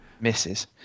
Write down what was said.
misses